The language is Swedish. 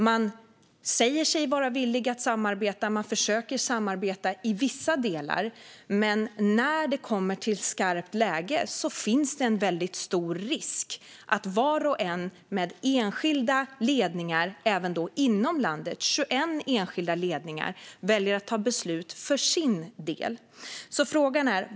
Man säger sig vara villig att samarbeta, man försöker samarbeta i vissa delar, men när det kommer till skarpt läge finns en stor risk att var och en med enskilda ledningar även inom landet, 21 enskilda ledningar, väljer att fatta beslut för sin del.